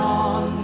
on